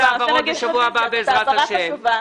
ההעברות בשבוע הבא, בעזרת השם.